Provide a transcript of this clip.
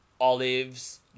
olives